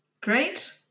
Great